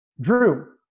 Drew